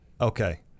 Okay